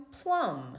Plum